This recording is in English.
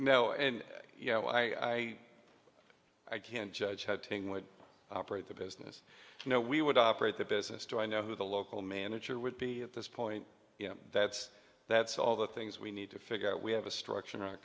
no and you know i i can't judge had taken would operate the business you know we would operate the business do i know who the local manager would be at this point you know that's that's all the things we need to figure out we have a structure in our